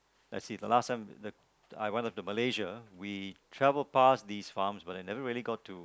let's see the last time the I went up to Malaysia we traveled past these farms but never really got to